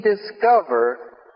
discover